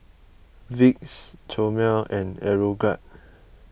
Vicks Chomel and Aeroguard